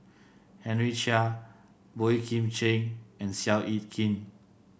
Henry Chia Boey Kim Cheng and Seow Yit Kin